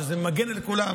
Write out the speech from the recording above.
שזה מגן על כולם,